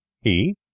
He